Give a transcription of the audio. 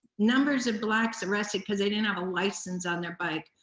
numbers of blacks arrested cause they didn't have a license on their bike.